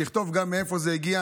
תכתוב גם מאיפה זה הגיע.